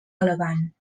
elegant